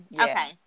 Okay